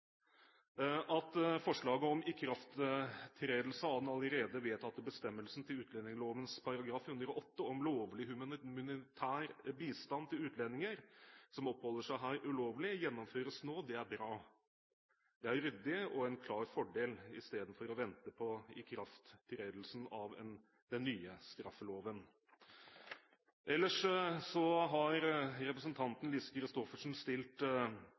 At forslaget om ikrafttredelse av den allerede vedtatte bestemmelsen til utlendingsloven § 108 om lovlig humanitær bistand til utlendinger som oppholder seg her ulovlig, gjennomføres nå, er bra, det er ryddig og en klar fordel istedenfor å vente på ikrafttredelsen av den nye straffeloven. Ellers har representanten Lise Christoffersen her i salen stilt